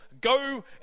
go